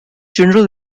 general